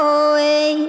away